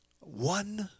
One